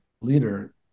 leader